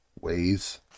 ways